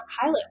pilot